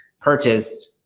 purchased